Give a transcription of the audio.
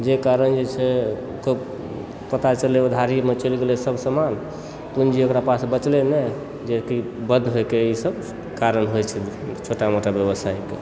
जाहि कारण जे छै पता चललै उधारीमे चलि गेलै सभ समान पूँजी ओकरा पास बचलय नहि जेकि बन्द होयके ईसभ कारण होइ छै छोटा मोटा व्यवसायीके